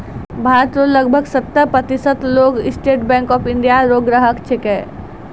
भारत रो लगभग सत्तर प्रतिशत लोग स्टेट बैंक ऑफ इंडिया रो ग्राहक छिकै